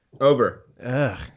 over